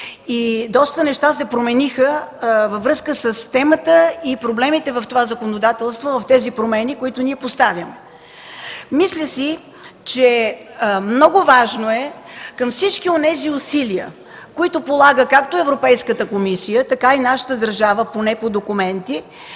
и доста неща се промениха във връзка с темата и проблемите в това законодателство, в тези промени, които ние поставяме. Мисля си, че е много важно към всички онези усилия, които полага както Европейската комисия, така и нашата държава, поне по документи,